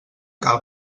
cal